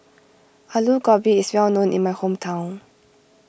Aloo Gobi is well known in my hometown